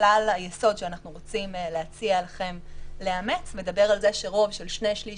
וכלל היסוד שאנחנו רוצים להציע לכם לאמץ מדבר על זה שרוב של שני-שליש